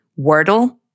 Wordle